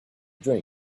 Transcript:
dream